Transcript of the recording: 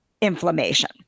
inflammation